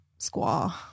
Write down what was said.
squaw